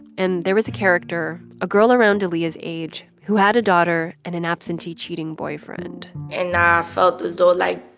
and there was a character, a girl around aaliyah's age, who had a daughter and an absentee cheating boyfriend and i felt as though, like,